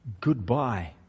Goodbye